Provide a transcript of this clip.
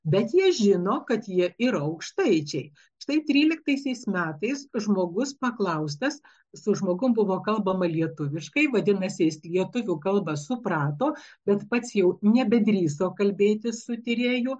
bet jie žino kad jie yra aukštaičiai štai tryliktaisiais metais žmogus paklaustas su žmogum buvo kalbama lietuviškai vadinasi jis lietuvių kalbą suprato bet pats jau nebedrįso kalbėti su tyrėju